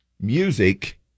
music